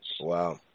Wow